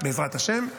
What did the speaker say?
בעזרת השם,